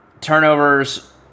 turnovers